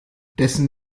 dessen